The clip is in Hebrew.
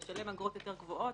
לשלם אגרות יותר גבוהות,